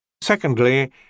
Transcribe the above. Secondly